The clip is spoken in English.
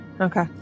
okay